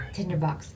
Tinderbox